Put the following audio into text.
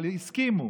אבל הסכימו